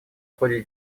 ходе